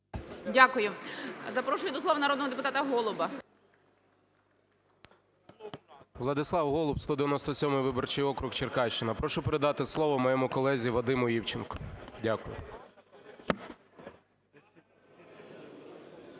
Дякую. Запрошую до слова народного депутата Голуба. 13:33:37 ГОЛУБ В.В. Владислав Голуб, 197 виборчий округ, Черкащина. Прошу передати слово моєму колезі Вадиму Івченко. Дякую.